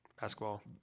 basketball